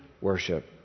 worship